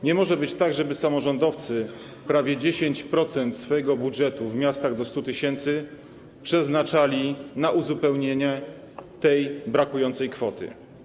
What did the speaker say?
Nie może być tak, żeby samorządowcy prawie 10% swojego budżetu w miastach do 100 tys. przeznaczali na uzupełnienie tej brakującej kwoty.